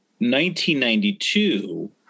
1992